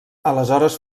aleshores